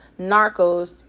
narcos